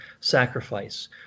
sacrifice